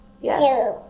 Yes